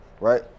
right